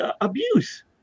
abuse